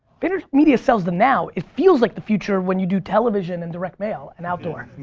vaynermedia sells the now. it feels like the future when you do television and direct mail and outdoor.